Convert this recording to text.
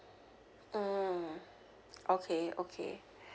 mm okay okay